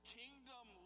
kingdom